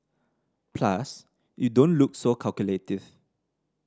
plus you don't look so calculative